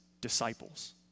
disciples